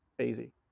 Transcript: easy